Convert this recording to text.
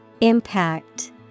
Impact